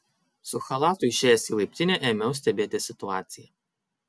su chalatu išėjęs į laiptinę ėmiau stebėti situaciją